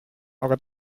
aga